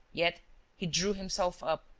yet he drew himself up,